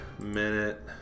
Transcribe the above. minute